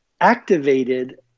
activated –